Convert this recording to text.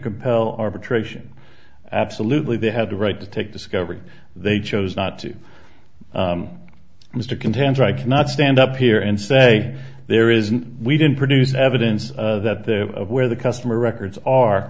compel arbitration absolutely they had the right to take discovery they chose not to mr contender i could not stand up here and say there isn't we didn't produce evidence that the where the customer records are